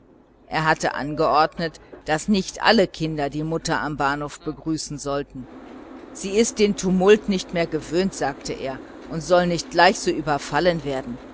er hatte angeordnet daß nicht alle kinder die mutter am bahnhof begrüßen sollten sie ist den tumult nicht mehr gewöhnt sagte er und soll nicht gleich so überfallen werden